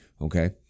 Okay